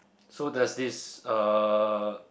so there's this uh